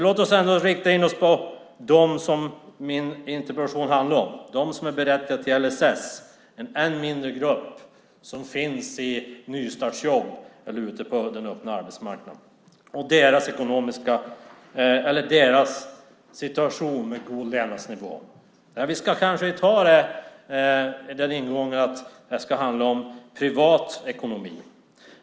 Låt oss rikta in oss på dem som min interpellation handlar om, nämligen de som är berättigade till LSS, en ännu mindre grupp som finns i nystartsjobb eller ute på den öppna arbetsmarknaden, och deras situation när det gäller god levnadsnivå. Ingången ska kanske vara att det ska handla om privat ekonomi.